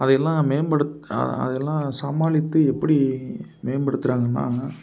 அதையெல்லாம் மேம்படுத்த அதெல்லாம் சமாளித்து எப்படி மேம்படுத்துறாங்கன்னா